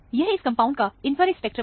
यह इस कंपाउंड का इंफ्रारेड स्पेक्ट्रम है